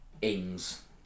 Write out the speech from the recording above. Ings